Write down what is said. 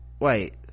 wait